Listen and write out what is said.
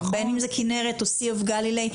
בין אם זה כנרת או Sea of Galilee,